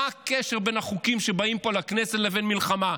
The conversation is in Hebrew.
מה הקשר בין החוקים שבאים פה לכנסת לבין המלחמה?